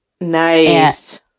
Nice